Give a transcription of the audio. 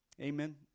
Amen